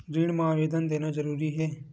ऋण मा आवेदन देना जरूरी हे?